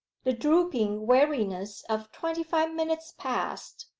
the drooping weariness of twenty-five minutes past,